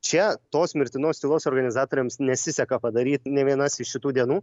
čia tos mirtinos tylos organizatoriams nesiseka padaryt nė vienos iš šitų dienų